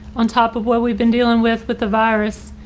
on top of what we've been dealing with with the virus.